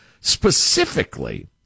specifically